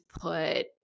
put